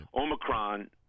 Omicron